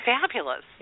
fabulous